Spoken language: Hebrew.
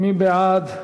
מי בעד?